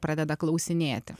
pradeda klausinėti